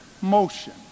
motion